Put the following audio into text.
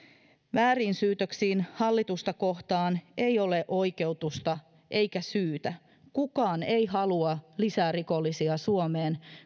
vääriin syytöksiin hallitusta kohtaan ei ole oikeutusta eikä syytä kukaan ei halua lisää rikollisia suomeen